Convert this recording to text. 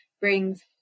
brings